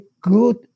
good